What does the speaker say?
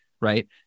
Right